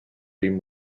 been